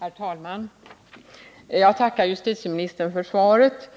Herr talman! Jag tackar justitieministern för svaret.